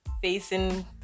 facing